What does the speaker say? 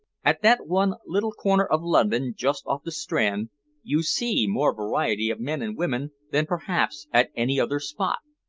at that one little corner of london just off the strand you see more variety of men and women than perhaps at any other spot.